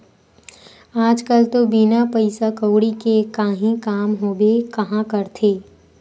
आज कल तो बिना पइसा कउड़ी के काहीं काम होबे काँहा करथे